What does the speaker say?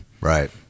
right